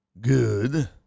good